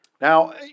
now